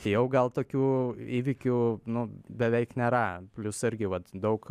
jau gal tokių įvykių nu beveik nėra plius irgi vat daug